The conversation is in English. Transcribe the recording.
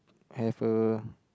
have a